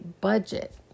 budget